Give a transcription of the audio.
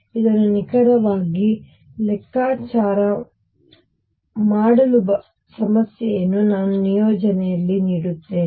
ಇದನ್ನು ನಿಖರವಾಗಿ ಲೆಕ್ಕಾಚಾರ ಮಾಡಲು ಸಮಸ್ಯೆಯನ್ನು ನಾನು ನಿಯೋಜನೆಯಲ್ಲಿ ನೀಡುತ್ತೇನೆ